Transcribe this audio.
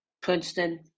Princeton